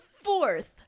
fourth